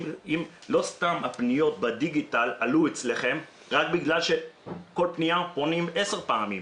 לא סתם הפניות בדיגיטל עלו אצלכם רק בגלל שכל פניה פונים עשר פעמים.